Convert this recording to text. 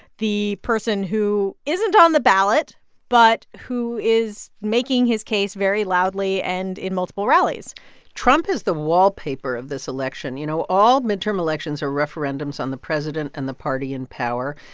the person who isn't on the ballot but who is making his case very loudly and in multiple rallies trump is the wallpaper of this election. you know, all midterm elections are referendums on the president and the party in power.